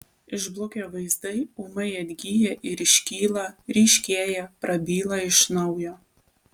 išblukę vaizdai ūmai atgyja ir iškyla ryškėja prabyla iš naujo